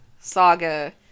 saga